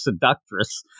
seductress